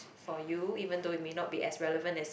for you even though it may not be as relevant as